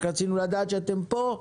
רק רצינו לדעת שאתם פה.